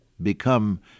become